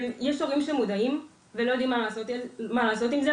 יש הורים שמודעים, ולא יודעים מה לעשות עם זה.